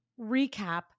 recap